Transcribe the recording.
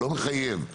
לא מחייב,